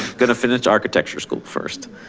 gonna finish architecture school first.